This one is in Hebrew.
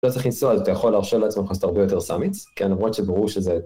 לא צריך לנסוע, אז אתה יכול להרשות לעצמך לעשות הרבה יותר summits, כן למרות שברור שזה...